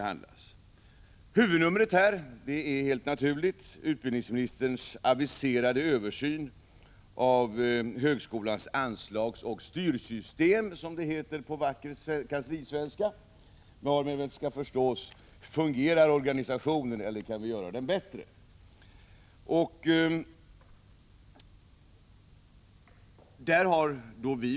Huvudnumret här är helt naturligt utbildningsministerns aviserade översyn av högskolans anslagsoch styrsystem, som det heter på vacker kanslisvenska, varmed väl skall förstås: fungerar organisationen eller kan vi göra den bättre?